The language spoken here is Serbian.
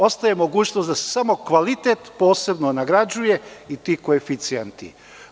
Ostaje mogućnost da se samo kvalitet posebno nagrađuje i ti koeficijenti.